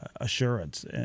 assurance